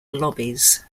lobbies